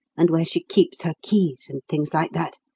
and where she keeps her keys and things like that.